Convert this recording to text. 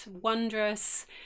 wondrous